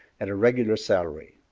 at a regular salary.